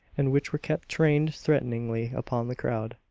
and which were kept trained threateningly upon the crowd.